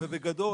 בגדול,